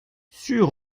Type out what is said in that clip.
sur